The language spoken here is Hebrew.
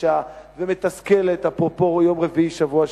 קשה ומתסכלת, אפרופו יום רביעי שבוע שעבר,